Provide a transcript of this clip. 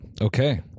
okay